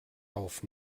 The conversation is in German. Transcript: auf